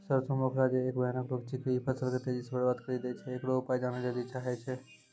सरसों मे उखरा जे एक भयानक रोग छिकै, इ फसल के तेजी से बर्बाद करि दैय छैय, इकरो उपाय जाने लेली चाहेय छैय?